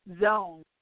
zone